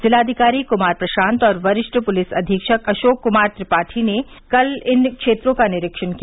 जिलाधिकारी कुमार प्रशान्त और वरिष्ठ पुलिस अधीक्षक अशोक कुमार त्रिपाठी ने कल इन क्षेत्रों का निरीक्षण किया